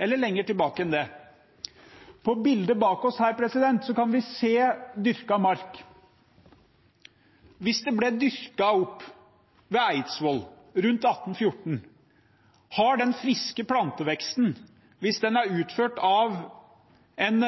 eller lengre tilbake enn det. På bildet bak oss kan vi se dyrket mark. Hvis det ble dyrket opp ved Eidsvoll rundt 1814, har den friske planteveksten – hvis den er utført av en